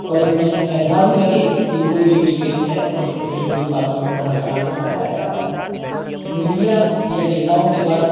और इसमें ऐसा भी लगे कि कोई एक श्रेष्ठ है और छोटी छोटी बातों को बढ़ा चढ़ा कर बताया जाता है मीडिया या नेताओं के द्वारा